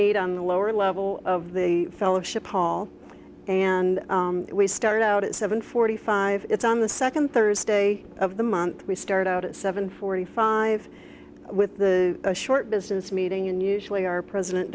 meet on the lower level of the fellowship hall and we started out at seven forty five it's on the second thursday of the month we start out at seven forty five with the short business meeting and usually our president